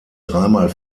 dreimal